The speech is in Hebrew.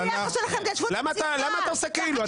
למה אתה עושה כאילו?